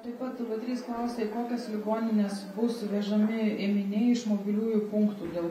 taip pat tv trys klausia į kokias ligonines bus vežami ėminiai iš mobiliųjų punktų dėl